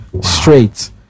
straight